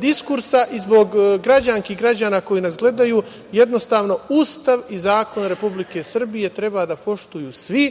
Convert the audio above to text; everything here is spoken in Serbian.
diskursa i zbog građanki i građana koji nas gledaju Ustav i Zakon Republike Srbije treba da poštuju svi,